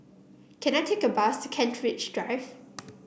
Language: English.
can I take a bus to Kent Ridge Drive